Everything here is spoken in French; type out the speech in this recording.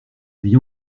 vie